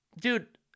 dude